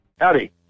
Howdy